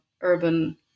urban